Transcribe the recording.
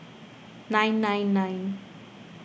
nine nine nine